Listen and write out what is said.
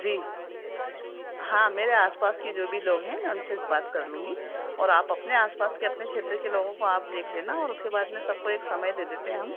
जी हाँ मेरे आसपास के जो भी लोग हैं मैं उनसे बात कर लूँगी और आप अपने आसपास के अपने क्षेत्र के लोगों को आप देख लेना और उसके बाद में सबको एक समय दे देते हैं हम